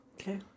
okay